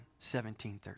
1713